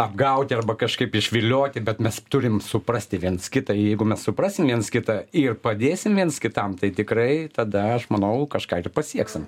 apgauti arba kažkaip išvilioti bet mes turim suprasti viens kitą jeigu mes suprasim viens kitą ir padėsim viens kitam tai tikrai tada aš manau kažką ir pasieksim